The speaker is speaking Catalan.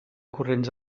corrents